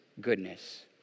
goodness